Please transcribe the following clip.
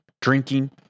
drinking